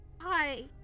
hi